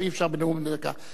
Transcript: אי-אפשר בנאום בן דקה.